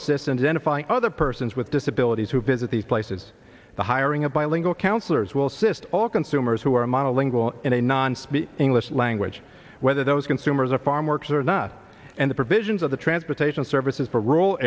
to find other persons with disabilities who visit these places the hiring of bilingual counselors will sist all consumers who are monolingual in a non speak english language whether those consumers are farm workers or not and the provisions of the transportation services for rural